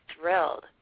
thrilled